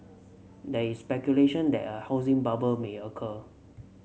there is speculation that a housing bubble may occur